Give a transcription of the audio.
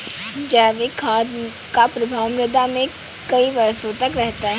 जैविक खाद का प्रभाव मृदा में कई वर्षों तक रहता है